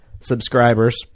subscribers